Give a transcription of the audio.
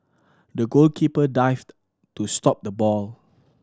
the goalkeeper dived to stop the ball